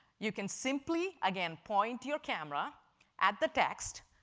you can simply, again, point your camera at the text,